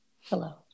Hello